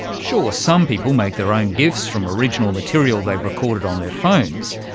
sure, some people make their own gifs from original material they've recorded on their phones,